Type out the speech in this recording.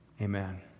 Amen